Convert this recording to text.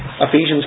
Ephesians